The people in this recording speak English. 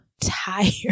tired